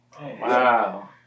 Wow